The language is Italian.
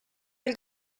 dal